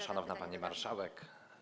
Szanowna Pani Marszałek!